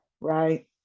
Right